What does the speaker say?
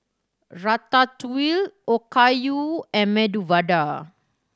Ratatouille Okayu and Medu Vada